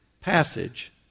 passage